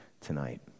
tonight